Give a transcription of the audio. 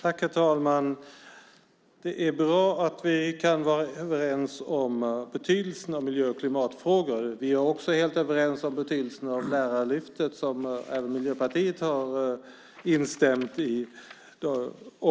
Herr talman! Det är bra att vi kan vara överens om betydelsen av miljö och klimatfrågor. Vi är också helt överens om betydelsen av Lärarlyftet, som även Miljöpartiet har instämt i.